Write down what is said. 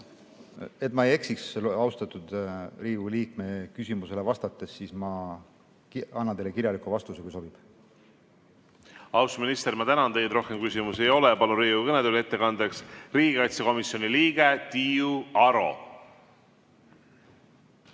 Et ma ei eksiks austatud Riigikogu liikme küsimusele vastates, siis ma annan teile kirjaliku vastuse, kui sobib. Austatud minister, ma tänan teid! Rohkem küsimusi ei ole. Palun Riigikogu kõnetooli ettekandeks riigikaitsekomisjoni liikme Tiiu Aro!